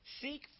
seek